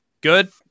good